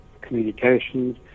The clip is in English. communications